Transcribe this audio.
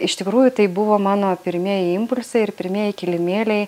tai iš tikrųjų tai buvo mano pirmieji impulsai ir pirmieji kilimėliai